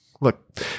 Look